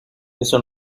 eso